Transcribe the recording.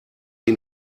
ihn